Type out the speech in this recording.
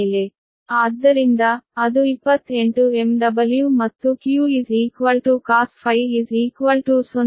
ಆದ್ದರಿಂದ ಅದು 28 MW ಮತ್ತು Q cos∅ 0